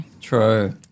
True